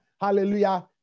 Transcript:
Hallelujah